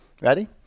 Ready